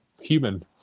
human